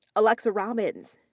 alexa robbins.